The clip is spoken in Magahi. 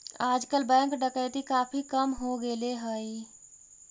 आजकल बैंक डकैती काफी कम हो गेले हई